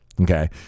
okay